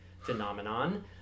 phenomenon